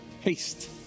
Haste